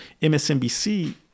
msnbc